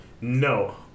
no